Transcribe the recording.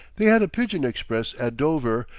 they had a pigeon express at dover,